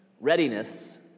readiness